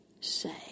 say